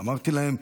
אמרתי להם,